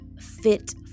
fit